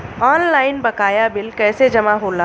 Online बकाया bill कैसे जमा होला?